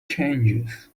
changes